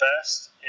Best